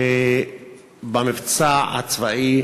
שבמבצע הצבאי